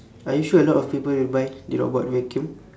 are you sure a lot of people will buy the robot vacuum